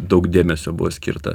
daug dėmesio buvo skirta